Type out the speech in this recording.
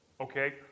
Okay